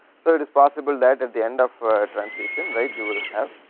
so it is possible that of the end of transition right, you will have